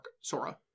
Sora